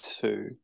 two